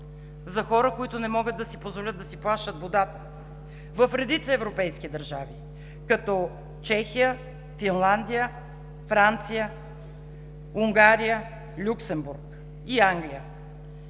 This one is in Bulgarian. за хора, които не могат да си позволят да си плащат водата в редица европейски държави, като Чехия, Финландия, Франция, Унгария, Люксембург и Англия.